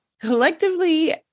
collectively